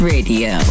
Radio